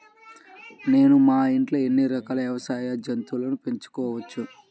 నేను మా ఇంట్లో ఎన్ని రకాల వ్యవసాయ జంతువులను పెంచుకోవచ్చు?